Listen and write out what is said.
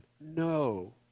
No